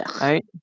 Right